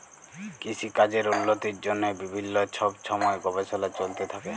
কিসিকাজের উল্লতির জ্যনহে বিভিল্ল্য ছব ছময় গবেষলা চলতে থ্যাকে